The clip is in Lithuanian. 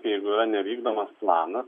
jeigu yra nevykdomas planas